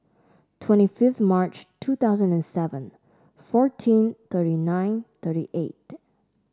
twenty fifth March two thousand and seven fourteen thirty nine thirty eight